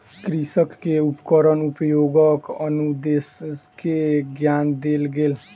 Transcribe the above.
कृषक के उपकरण उपयोगक अनुदेश के ज्ञान देल गेल